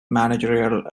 managerial